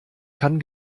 kann